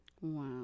Wow